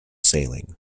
sailing